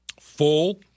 full